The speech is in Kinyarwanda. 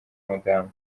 madamu